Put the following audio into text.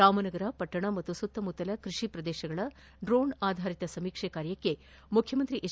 ರಾಮನಗರ ಪಟ್ಟಣ ಮತ್ತು ಸುತ್ತಮುತ್ತಲಿನ ಕೃಷಿ ಪ್ರದೇಶಗಳ ಡ್ರೋಣ್ ಆಧಾರಿತ ಸಮೀಕ್ಷೆ ಕಾರ್ಯಕ್ಕೆ ಮುಖ್ಲಮಂತ್ರಿ ಎಚ್